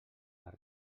les